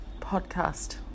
podcast